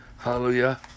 Hallelujah